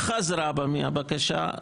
חזרה בה מהבקשה,